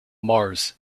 mars